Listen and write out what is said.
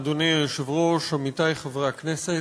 אדוני היושב-ראש, תודה לך, עמיתי חברי הכנסת,